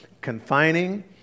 confining